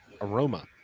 aroma